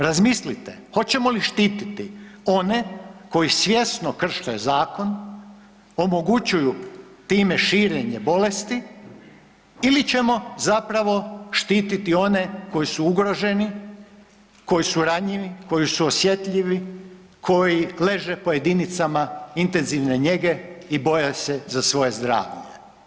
Razmislite hoćemo li štititi one koji svjesno krše zakon, omogućuju time širenje bolesti ili ćemo zapravo štititi one koji su ugroženi, koji su ranjivi, koji su osjetljivi, koji leže po jedinicama intenzivne njege i boje se za svoje zdravlje.